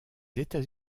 états